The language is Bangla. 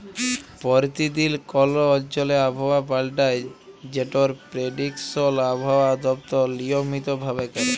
পরতিদিল কল অঞ্চলে আবহাওয়া পাল্টায় যেটর পেরডিকশল আবহাওয়া দপ্তর লিয়মিত ভাবে ক্যরে